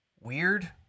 weird